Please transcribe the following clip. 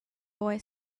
boy